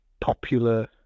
popular